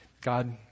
God